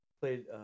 Played